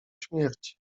śmierć